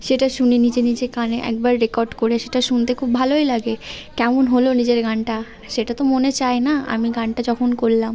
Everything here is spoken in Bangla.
সেটা শুনে নিজে নিজে কানে একবার রেকর্ড করে সেটা শুনতে খুব ভালোই লাগে কেমন হল নিজের গানটা সেটা তো মনে চায় না আমি গানটা যখন করলাম